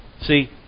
See